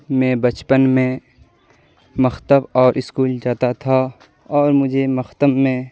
میں بچپن میں مکتب اور اسکول جاتا تھا اور مجھے مکتب میں